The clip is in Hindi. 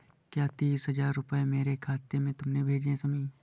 क्या तीस हजार रूपए मेरे खाते में तुमने भेजे है शमी?